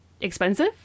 expensive